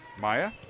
maya